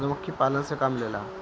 मधुमखी पालन से का मिलेला?